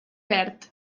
verd